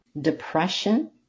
Depression